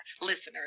listeners